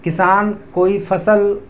کسان کوئی فصل